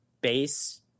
base